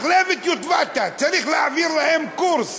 מחלבת יטבתה, צריך להעביר להם קורס.